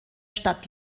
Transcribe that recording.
stadt